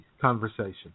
conversation